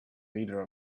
leader